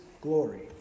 glory